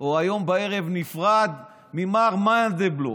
או היום בערב, נפרד ממר מנדלבלוף,